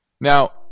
Now